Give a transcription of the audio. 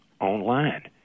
online